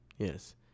Yes